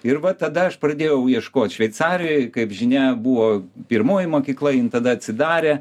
ir va tada aš pradėjau ieškot šveicarijoj kaip žinia buvo pirmoji mokykla jin tada atsidarė